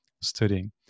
studying